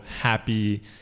happy